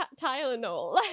Tylenol